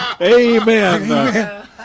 Amen